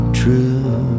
true